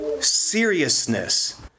seriousness